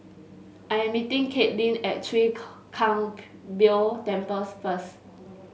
I am meeting Kaitlyn at Chwee Kang Beo Temples first